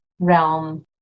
realm